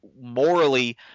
morally